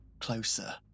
closer